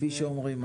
כפי שאומרים.